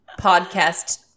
podcast